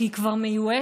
כי היא כבר מיואשת,